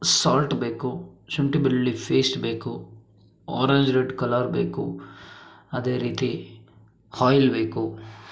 salt ಬೇಕು ಶುಂಠಿ ಬೆಳ್ಳುಳ್ಳಿ ಫೇಸ್ಟ್ ಬೇಕು ಆರೆಂಜ್ ರೆಡ್ ಕಲರ್ ಬೇಕು ಅದೇ ರೀತಿ ಆಯ್ಲ್ ಬೇಕು